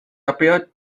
appeared